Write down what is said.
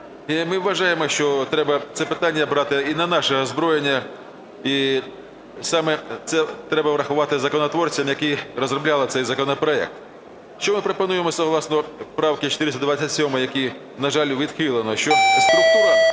ми вважаємо, що треба це питання брати і на наше озброєння, і саме це треба врахувати законотворцям, які розробляти цей законопроект. Що ми пропонуємо согласно правки 427, яку, на жаль, відхилено? Що структура,